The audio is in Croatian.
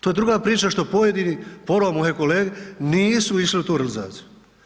To je druga priča što pojedini, pola mojih kolega nisu išli u tu realizaciju.